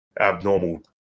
abnormal